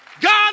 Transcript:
God